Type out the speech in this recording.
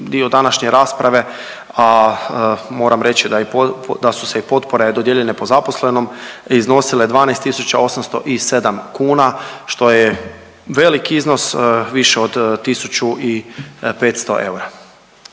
dio današnje rasprave, a moram reći da su se i potpore dodijeljene po zaposlenom iznosile 12.807 kuna što je veliki iznos više od 1.500 eura.